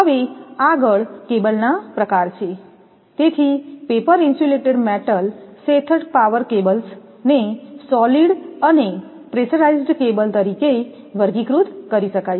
તેથી આગળ હવે કેબલ ના પ્રકાર છે તેથી paper insulated metal sheathed power કેબલ્સને સોલિડ અને પ્રેશરાઇઝ્ડ કેબલ તરીકે વર્ગીકૃત કરી શકાય છે